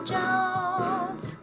Jones